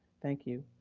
thank you.